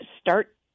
start